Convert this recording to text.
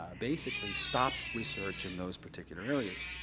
ah basically, stop research in those particular areas.